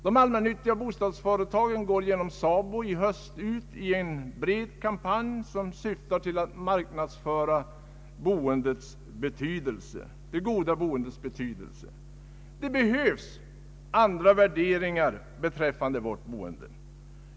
De allmännyttiga bostadsföretagen går genom SABO i höst ut i en bred kampanj, som syftar till att marknadsföra den goda bostadens betydelse. Det behövs andra värderingar beträffande vårt boende.